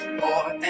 more